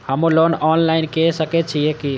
हमू loan online के सके छीये की?